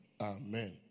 Amen